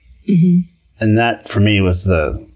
and that, for me, was the